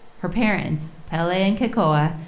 her parents, pele and kekoa,